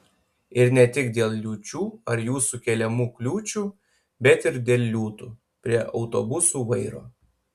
ir ne tik dėl liūčių ar jų sukeliamų kliūčių bet ir dėl liūtų prie autobusų vairo